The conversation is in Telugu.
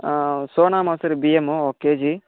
సోనామసూరి బియ్యము ఒక కేజీ